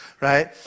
right